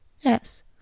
Yes